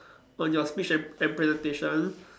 on your speech and and presentation